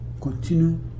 continue